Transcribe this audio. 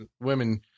women